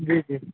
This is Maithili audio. जी जी